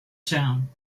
town